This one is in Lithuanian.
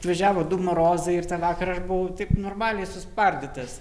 atvažiavo du marozai ir tą vakarą aš buvau taip normaliai suspardytas